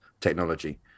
technology